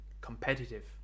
competitive